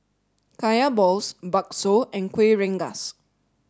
Kaya balls Bakso and Kueh Rengas